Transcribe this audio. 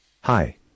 Hi